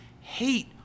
hate